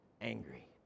angry